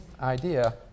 idea